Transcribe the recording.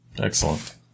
Excellent